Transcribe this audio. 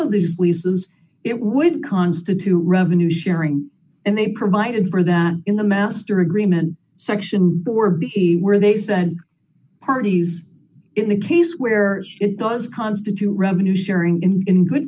of these leases it would constitute revenue sharing and they provided for that in the master agreement section or be where they send parties in a case where it does constitute a revenue sharing and in good